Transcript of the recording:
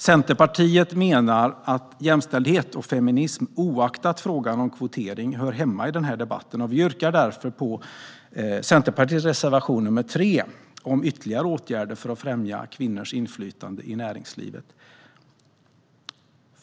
Centerpartiet menar att jämställdhet och feminism oavsett frågan om kvotering hör hemma i den här debatten. Jag yrkar därför bifall till Centerpartiets reservation nr 3 om ytterligare åtgärder för att främja kvinnors inflytande i näringslivet.